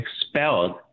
expelled